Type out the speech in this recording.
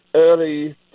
early